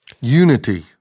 unity